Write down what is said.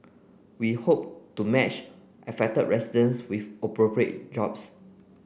we hope to match affected residents with appropriate jobs